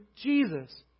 Jesus